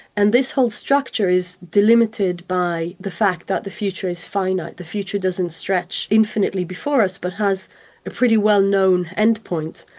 and this whole structure is delimited by the fact that the future is finite, the future doesn't stretch infinitely before us, but has a pretty well known end point.